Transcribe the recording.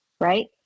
right